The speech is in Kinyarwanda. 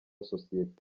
sosiyete